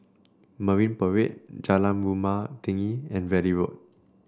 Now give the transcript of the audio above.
Marine Parade Jalan Rumah Tinggi and Valley Road